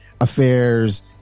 affairs